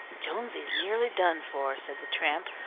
jonesy's nearly done for, said the tramp,